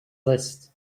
list